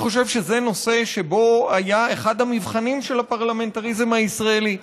אני חושב שזה נושא שבו היה אחד המבחנים של הפרלמנטריזם הישראלי.